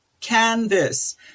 Canvas